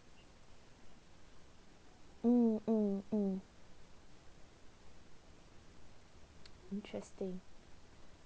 mm mm mm interesting